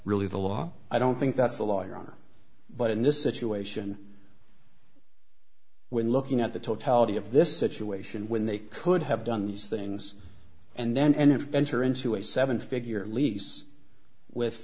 really the law i don't think that's the lawyer but in this situation we're looking at the totality of this situation when they could have done these things and then and enter into a seven figure lease with